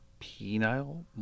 penile